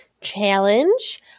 Challenge